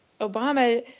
Obama